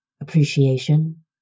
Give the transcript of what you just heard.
Appreciation